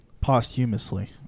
posthumously